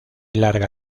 larga